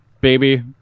baby